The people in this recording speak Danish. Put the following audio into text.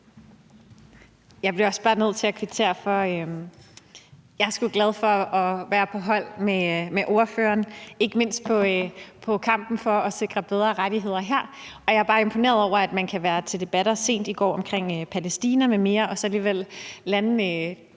Jeg bliver også bare nødt til at kvittere for det. Jeg er sgu glad for at være på hold med ordføreren, ikke mindst i kampen for at sikre bedre rettigheder her. Jeg er bare imponeret over, at man kan have været til debat sent i går om Palæstina m.m. og så alligevel lande